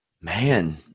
Man